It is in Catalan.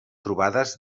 trobades